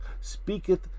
speaketh